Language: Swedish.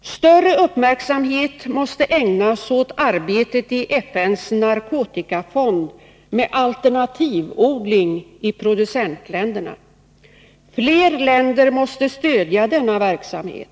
Större uppmärksamhet måste ägnas åt arbetet i FN:s narkotikafond med alternativodling i producentländerna. Fler länder måste stödja denna verksamhet.